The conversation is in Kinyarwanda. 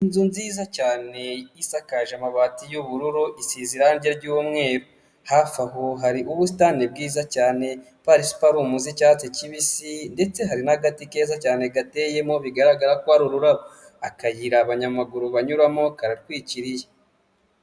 Inzu nziza cyane isakaje amabati y'ubururu isize irangi ry'umweru, hafi aho hari ubusitani bwiza cyane pasiparume z'cyatsi kibisi ndetse hari n'agati keza cyane gateyemo bigaragara ko hari ururabo, akayira abanyamaguru banyuramo karatwikiriye.